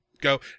go